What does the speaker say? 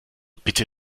bitte